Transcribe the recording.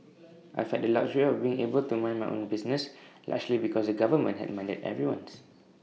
I've had the luxury of being able to mind my own business largely because the government had minded everyone's